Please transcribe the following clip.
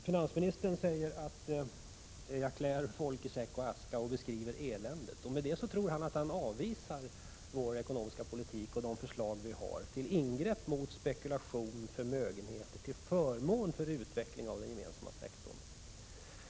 Finansministern säger att jag klär folk i säck och aska och beskriver elände, och med det tror han att han avvisar vår ekonomiska politik och våra förslag till ingrepp mot spekulation och förmögenheter till förmån för utvecklingen av den gemensamma sektorn.